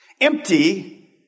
empty